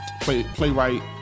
playwright